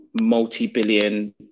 multi-billion